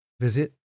Visit